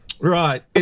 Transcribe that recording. Right